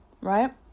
right